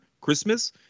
Christmas